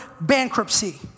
bankruptcy